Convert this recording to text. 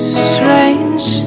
strange